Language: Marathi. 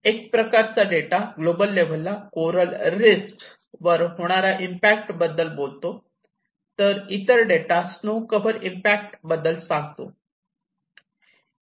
एक प्रकारचा डेटा ग्लोबल लेव्हलला कोरल रीफ्स वर होणारा इम्पॅक्ट बद्दल बोलतो तर इतर डेटा स्नो कव्हर इम्पॅक्ट बद्दल सांगतो